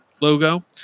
logo